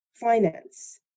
finance